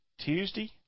Tuesday